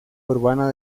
urbana